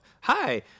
Hi